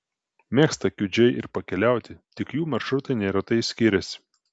mėgsta kiudžiai ir pakeliauti tik jų maršrutai neretai skiriasi